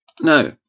Now